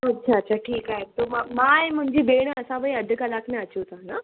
अच्छा अच्छा ठीकु आहे पोइ मां मां ऐं मुंहिंजी भेण असां ॿई अधि कलाकु में अचूं था हां